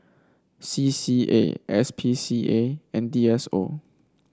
C C A S P C A and D S O